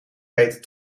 peter